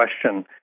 question